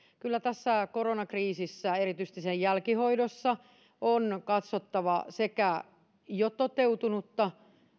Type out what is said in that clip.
kyllä tässä koronakriisissä erityisesti sen jälkihoidossa on katsottava jo toteutunutta